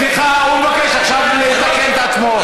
סליחה, הוא מבקש עכשיו לתקן את עצמו.